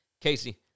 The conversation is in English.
Casey